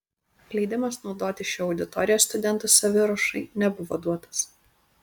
leidimas naudotis šia auditorija studentų saviruošai nebuvo duotas